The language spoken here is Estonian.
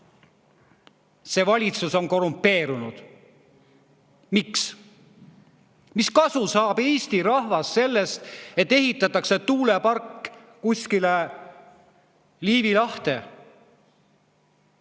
See valitsus on korrumpeerunud. Miks? Mis kasu saab Eesti rahvas sellest, et ehitatakse tuulepark kuskile Liivi lahte?